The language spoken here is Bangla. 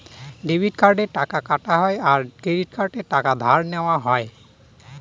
ডেবিট কার্ডে টাকা কাটা হয় আর ক্রেডিট কার্ডে টাকা ধার নেওয়া হয়